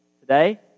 today